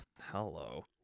hello